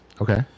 Okay